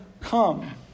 come